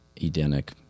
Edenic